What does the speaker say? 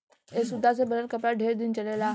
ए सूता से बनल कपड़ा ढेरे दिन चलेला